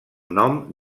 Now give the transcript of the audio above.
nom